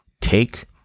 take